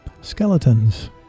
Skeletons